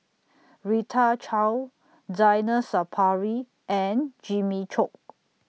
Rita Chao Zainal Sapari and Jimmy Chok